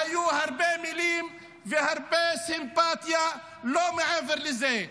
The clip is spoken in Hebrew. היו הרבה מילים והרבה סימפטיה, לא מעבר לזה.